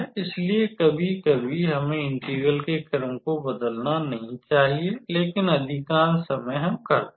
इसलिए कभी कभी हमें इंटीग्रल के क्रम को बदलना नहीं चाहिए लेकिन अधिकांश समय हम करते हैं